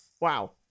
Wow